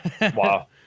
Wow